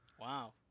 Wow